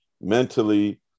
Mentally